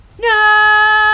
No